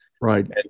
Right